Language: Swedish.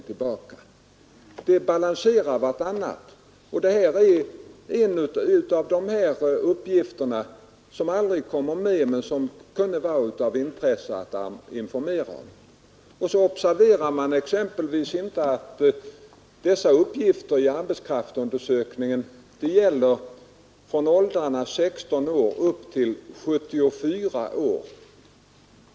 De två effekterna, minskning av latent arbetssökande och ökning av arbetslösa balanserar varandra. Detta är en av de uppgifter som aldrig kommer med, men som det kunde vara av intresse att informera om, Man kanske inte heller observerar att uppgifter i arbetskraftsundersökningen gäller åldrar från 16 år upp till 74 år.